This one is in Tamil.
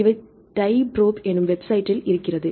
இது டைப்ரோடப் என்னும் வெப்சைட்டில் இருக்கிறது